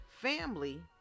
Family